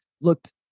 looked